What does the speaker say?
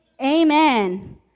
amen